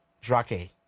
Drake